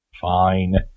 Fine